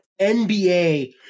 NBA